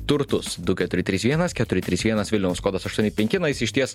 turtus du keturi trys vienas keturi trys vienas vilniaus kodas aštuoni penki na jis išties